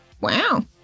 Wow